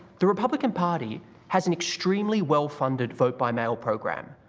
the republican party has an extremely well-funded vote-by-mail program.